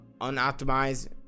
unoptimized